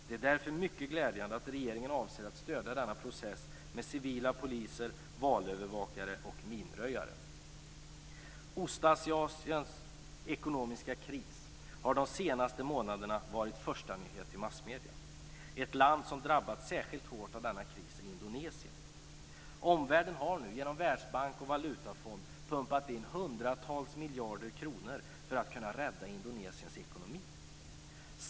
Det är därför mycket glädjande att regeringen avser att stödja denna process med civila poliser, valövervakare och minröjare. Ostasiens ekonomiska kris har de senaste månaderna varit förstanyhet i massmedierna. Ett land som drabbats särskilt hårt av denna kris är Indonesien. Omvärlden har nu genom Världsbanken och valutafonden pumpat in hundratals miljarder kronor för att rädda Indonesiens ekonomi.